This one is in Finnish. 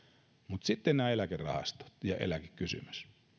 mutta sitten nämä eläkerahastot ja eläkekysymys